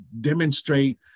demonstrate